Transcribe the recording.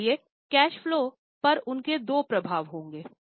इसलिए cash flow पर उनके दो प्रभाव होंगे